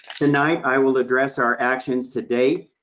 tonight, i will address our actions to date,